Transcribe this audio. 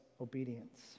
obedience